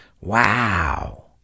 Wow